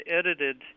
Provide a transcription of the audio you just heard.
edited